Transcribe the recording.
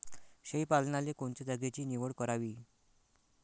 शेळी पालनाले कोनच्या जागेची निवड करावी?